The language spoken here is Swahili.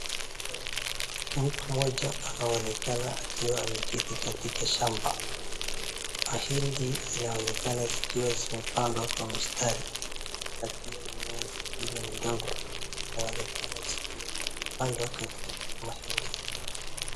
Mtu mmoja anaonekana akiwa ameketi katika shamba. Mahindi zinaonekana zikiwa zimepandwa kwa mstari, na pia mimea zingine ndogo zinaonekana zikiwa zimepandwa katika mahindi.